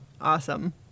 Awesome